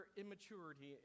immaturity